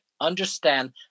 understand